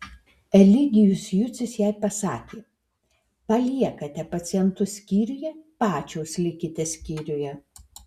eligijus jucius jai pasakė paliekate pacientus skyriuje pačios likite skyriuje